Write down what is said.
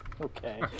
okay